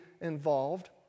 involved